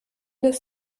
des